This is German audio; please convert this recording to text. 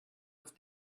auf